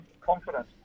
confident